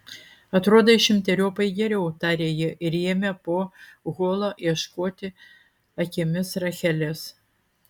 atrodai šimteriopai geriau tarė ji ir ėmė po holą ieškoti akimis rachelės